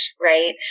right